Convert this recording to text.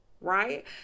right